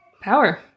Power